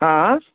ହଁ